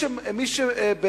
מי שהוא,